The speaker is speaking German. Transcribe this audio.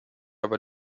aber